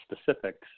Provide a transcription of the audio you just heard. specifics